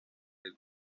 del